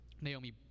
Naomi